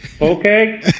Okay